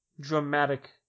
dramatic